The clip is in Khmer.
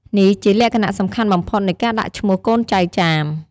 នេះជាលក្ខណៈសំខាន់បំផុតនៃការដាក់ឈ្មោះកូនចៅចាម។